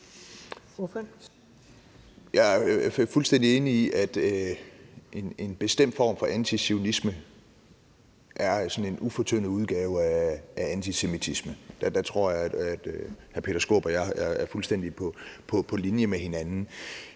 Jeg er fuldstændig enig i, at en bestemt form for antizionisme er sådan en ufortyndet udgave af antisemitisme. Der tror jeg, at hr. Peter Skaarup og jeg er fuldstændig på linje med hinanden,